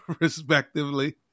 respectively